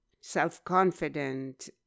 self-confident